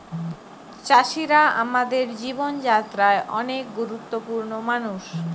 চাষিরা আমাদের জীবন যাত্রায় অনেক গুরুত্বপূর্ণ মানুষ